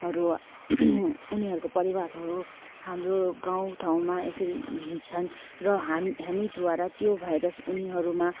हरू उनीहरूको परिवारहरू हाम्रो गाउँ ठाउँमा यसरी हिड्छन् र हामीद्वारा त्यो भाइरस उनीहरूमा